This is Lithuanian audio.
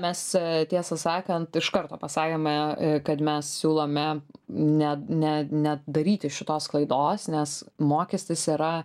mes tiesą sakant iš karto pasakėme kad mes siūlome ne ne nedaryti šitos klaidos nes mokestis yra